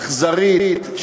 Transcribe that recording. אכזרית,